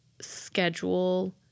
schedule